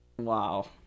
Wow